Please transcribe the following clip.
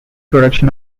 production